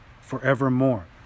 forevermore